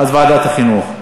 אז לוועדת החינוך.